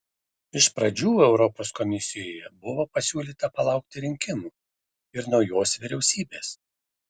iš pradžių europos komisijoje buvo pasiūlyta palaukti rinkimų ir naujos vyriausybės